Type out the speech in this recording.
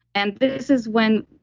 and this is when,